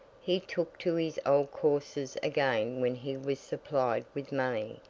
he took to his old courses again when he was supplied with money,